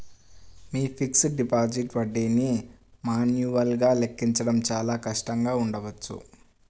మీ fixed deposit వడ్డీని మాన్యువల్గా లెక్కించడం చాలా కష్టంగా ఉండవచ్చు